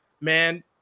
man –